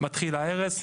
מתחיל ההרס,